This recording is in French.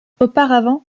auparavant